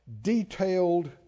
detailed